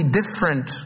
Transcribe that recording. different